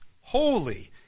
holy